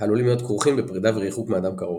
העלולים להיות כרוכים בפרידה וריחוק מאדם קרוב.